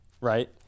right